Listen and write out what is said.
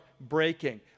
breaking